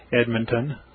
Edmonton